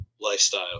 lifestyle